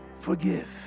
Forgive